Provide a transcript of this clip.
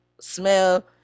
smell